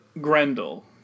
Grendel